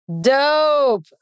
Dope